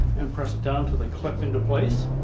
and press it down until they clip into place.